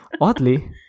Oddly